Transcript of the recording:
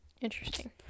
Interesting